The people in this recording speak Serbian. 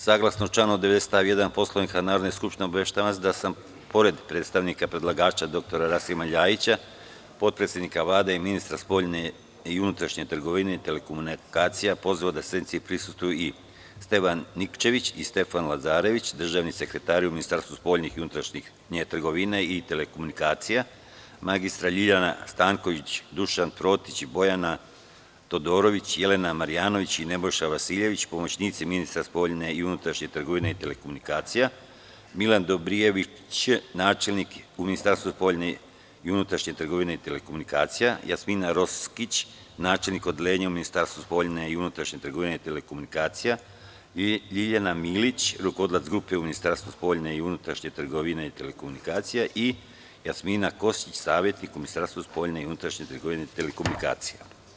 Saglasno članu 90. stav 1. Poslovnika Narodne skupštine, obaveštavam vas da sam pored predstavnika predlagača dr Rasima Ljajića, potpredsednika Vlade i ministra spoljnje i unutrašnje trgovine i telekomunikacija, pozvao da sednici prisustvuju i Stevan Nikčević i Stefan Lazarević, državni sekretari u Ministarstvu spoljnje i unutrašnje trgovine i telekomunikacija, mr Ljiljana Stanković, Dušan Protić i Bojana Todorović, Jelena Marjanović i Nebojša Vasiljević, pomoćnici ministra spoljnje i unutrašnje trgovine i telekomunikacija, Milan Dobrijević, načelnik u Ministarstvu za spoljnje i unutrašnje trgovine i telekomunikacija, Jasmina Roskić, načelnik u Odeljenju u Ministarstvu za spoljnje i unutrašnje trgovine i telekomunikacija i Ljiljana Milić, rukovodilac Grupe u Ministarstvu za spoljnje i unutrašnje trgovine i telekomunikacija i Jasmina Kostić, savetnik u Ministarstvu za spoljnje i unutrašnje trgovine i telekomunikacija.